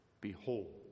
Behold